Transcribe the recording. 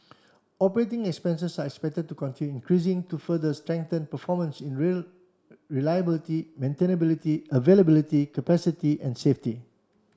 operating expenses are expected to continue increasing to further strengthen performance in rail reliability maintainability availability capacity and safety